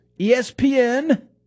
ESPN